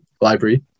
library